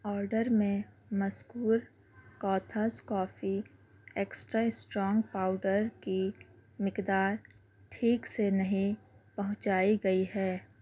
order میں مذکور کوتھاز کافی ایکسٹرا سٹرونگ پاؤڈر کی مقدار ٹھیک سے نہیں پہنچائی گئی ہے